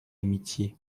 amitié